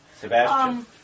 Sebastian